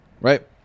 right